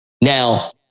Now